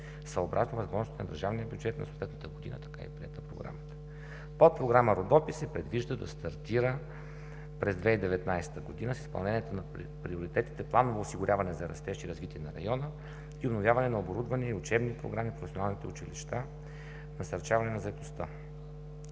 съобразно възможностите на държавния бюджет за съответната година. Така е приета Програмата. Подпрограма „Родопи“ се предвижда да стартира през 2019 г. с изпълнението на приоритетите: „Планово осигуряване за растеж и развитие на района“ и „Обновяване на оборудване и учебни програми в професионалните училища, насърчаване на заетостта“